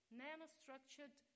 nanostructured